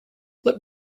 let